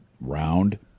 round